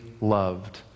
loved